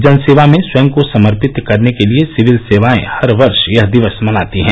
जनसेवा में स्वयं को समर्पित करने के लिए सिविल सेवाएं हर वर्ष यह दिवस मनाती है